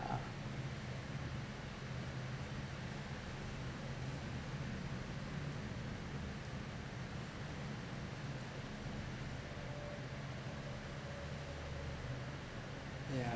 uh yeah